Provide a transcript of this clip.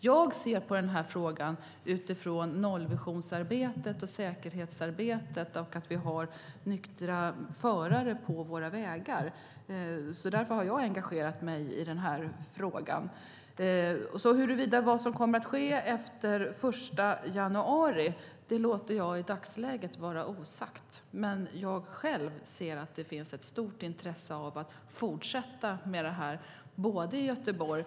Jag ser på frågan utifrån nollvisionsarbetet och säkerhetsarbetet för att få nyktra förare på våra vägar. Därför har jag engagerat mig i frågan. Vad som kommer att ske efter den 1 januari låter jag i dagsläget vara osagt. Jag ser dock att det finns ett stort intresse av att fortsätta med detta i Göteborg.